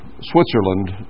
Switzerland